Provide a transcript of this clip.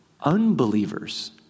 unbelievers